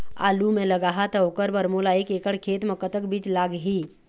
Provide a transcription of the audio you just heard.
आलू मे लगाहा त ओकर बर मोला एक एकड़ खेत मे कतक बीज लाग ही?